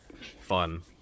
fun